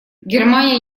германия